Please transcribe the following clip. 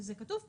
שזה כתוב פה,